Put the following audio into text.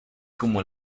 como